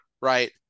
Right